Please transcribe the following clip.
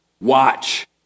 watch